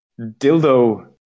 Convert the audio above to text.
dildo